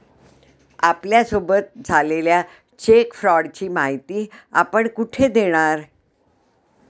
आपल्यासोबत झालेल्या चेक फ्रॉडची माहिती आपण कुठे देणार?